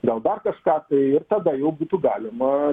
gal dar kažką tai ir tada jau būtų galima